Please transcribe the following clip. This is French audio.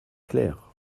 clair